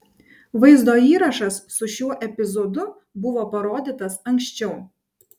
vaizdo įrašas su šiuo epizodu buvo parodytas anksčiau